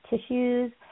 tissues